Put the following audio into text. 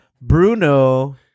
Bruno